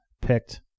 picked